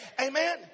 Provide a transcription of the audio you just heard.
Amen